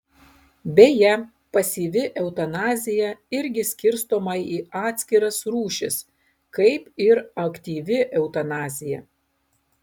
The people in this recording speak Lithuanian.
beje pasyvi eutanazija irgi skirstoma į atskiras rūšis kaip ir aktyvi eutanazija